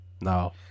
No